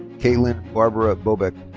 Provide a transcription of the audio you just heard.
katelyn barbara bobek.